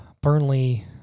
Burnley